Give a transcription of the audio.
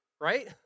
right